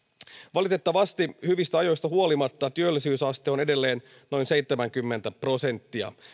valitettavasti työllisyysaste on hyvistä ajoista huolimatta edelleen noin seitsemänkymmentä prosenttia